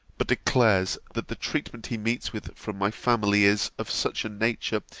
but declares, that the treatment he meets with from my family is of such a nature,